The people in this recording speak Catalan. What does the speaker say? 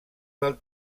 del